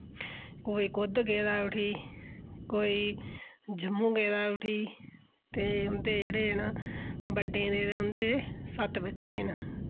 कोई कुद्ध गेदा उठी कोई जम्मू गेदा उठी ते उं'दे जेह्ड़े न बड्डें दे ते उं'दे सत्त बच्चे न